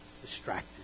distracted